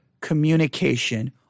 communication